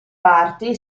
party